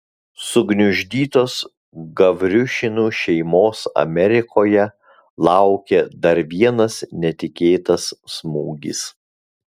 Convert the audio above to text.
sugniuždytos gavriušinų šeimos amerikoje laukė dar vienas netikėtas smūgis